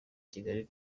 kigali